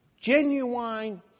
genuine